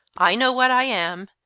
i know what i am,